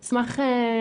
אני אשמח לדבר על זה.